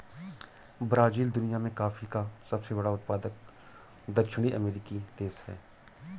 Brazil दुनिया में coffee का सबसे बड़ा उत्पादक दक्षिणी अमेरिकी देश है